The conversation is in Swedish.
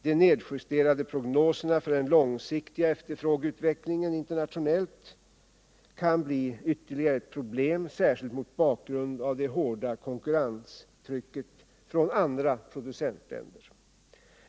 De nedjusterade prognoserna för den långsiktiga efterfrågeutvecklingen internationellt kan bli ytterligare ett problem, särskilt mot bakgrund av det hårda konkurrenstrycket från andra producentländer.